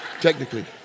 Technically